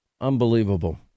Unbelievable